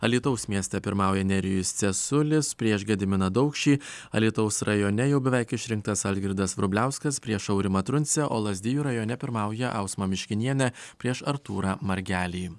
alytaus mieste pirmauja nerijus cesulis prieš gediminą daukšį alytaus rajone jau beveik išrinktas algirdas vrubliauskas prieš aurimą truncę o lazdijų rajone pirmauja ausma miškinienė prieš artūrą margelį